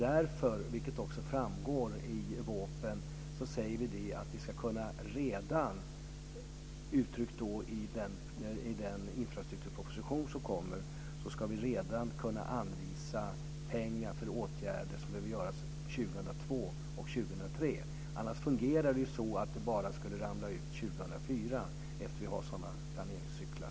Därför, vilket också framgår av VÅP:en, säger vi att, uttryckt i den infrastrukturproposition som kommer, vi redan ska kunna anvisa pengar för åtgärder som behöver vidtas 2002 och 2003. Annars fungerar det så att pengar bara skulle ramla ut 2004, eftersom vi har sådana planeringscykler.